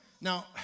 Now